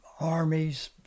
armies